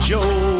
Joe